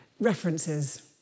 references